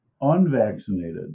unvaccinated